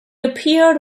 appeared